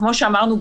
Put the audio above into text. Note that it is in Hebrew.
כמו שאמרנו,